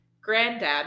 granddad